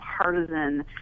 partisan